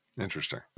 Interesting